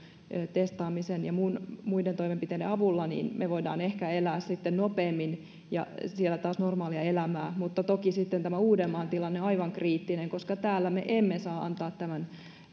testaamisen ja muiden toimenpiteiden avulla niin me voimme ehkä elää nopeammin taas normaalia elämää toki sitten tämä uudenmaan tilanne on aivan kriittinen koska täällä me emme saa antaa tämän